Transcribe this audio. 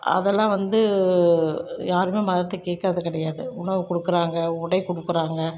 அதெல்லாம் வந்து யாருமே மதத்தை கேட்கறது கிடையாது உணவு கொடுக்கறாங்க உடை கொடுக்கறாங்க